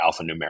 alphanumeric